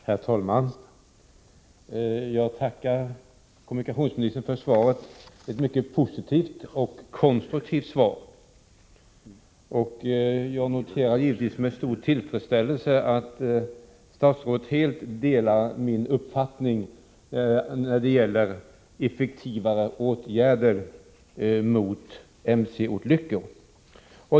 Herr talman! Jag tackar kommunikationsministern för svaret. Det är ett mycket positivt och konstruktivt svar. Jag noterar givetvis med stor tillfredsställelse att statsrådet helt delar min uppfattning när det gäller att få till stånd effektivare åtgärder mot mc-olyckor.